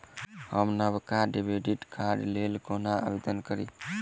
हम नवका डेबिट कार्डक लेल कोना आवेदन करी?